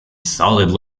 solid